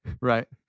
Right